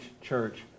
Church